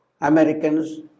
Americans